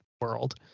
world